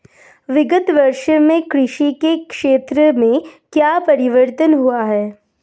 विगत वर्षों में कृषि के क्षेत्र में क्या परिवर्तन हुए हैं?